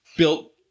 Built